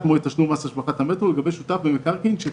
כשקובעים בחקיקה ראשית את המסגרת ואחר כך העדכונים ואחר